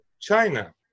China